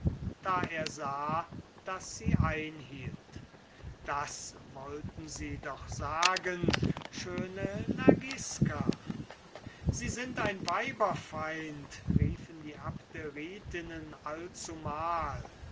da er sah daß sie einhielt das wollten sie doch sagen schöne lagiska sie sind ein weiberfeind demokritus riefen die abderitinnen allzumal